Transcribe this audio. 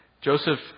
Joseph